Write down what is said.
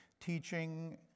teaching